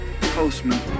postman